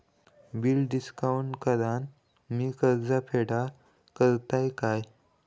Bill discount करान मी कर्ज फेडा शकताय काय?